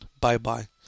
Bye-bye